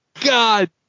god